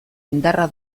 indarra